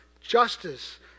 justice